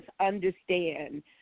understand